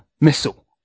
missile